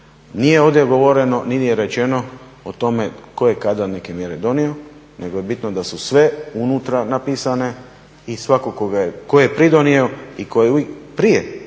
Nije ovdje govoreno niti je rečeno o tome tko je kada neke mjere donio nego je bitno da su sve unutra napisane i svatko tko je pridonio i tko je uvijek prije